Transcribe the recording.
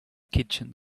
kitchen